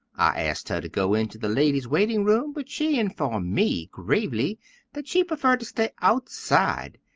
i asked her to go into the ladies' waiting room, but she informed me gravely that she preferred to stay outside.